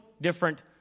different